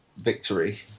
victory